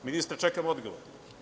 Ministre, čekam odgovor.